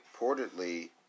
reportedly